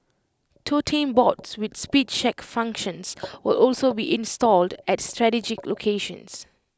totem boards with speed check functions will also be installed at strategic locations